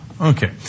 Okay